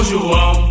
João